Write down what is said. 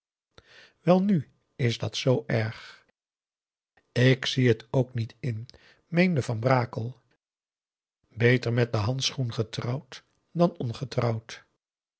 welnu is dat zoo erg ik zie het ook niet in meende van brakel beter met den handschoen getrouwd dan ongetrouwd